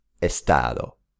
Estado